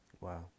Wow